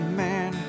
man